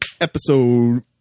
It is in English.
episode